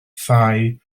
thai